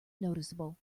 noticeable